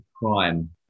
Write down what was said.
crime